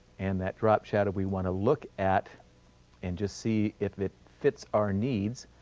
and that drop shadow we want to look at and just see if it fits our needs,